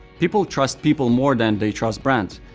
people trust people more than they trust brands.